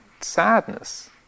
sadness